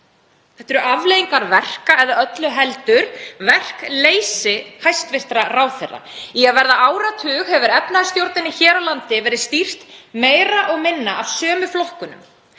Þetta eru afleiðingar verka eða öllu heldur verkleysis hæstv. ráðherra. Í að verða áratug hefur efnahagsstjórninni hér á landi verði stýrt meira og minna af sömu flokkunum.